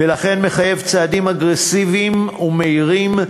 ולכן מחייב צעדים אגרסיביים ומהירים,